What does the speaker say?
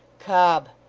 cobb,